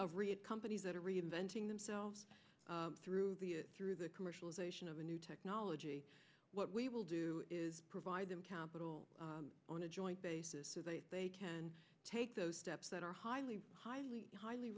ria companies that are reinventing themselves through through the commercialization of a new technology what we will do is provide them capital on a joint basis they can take those steps that are highly highly highly